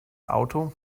auto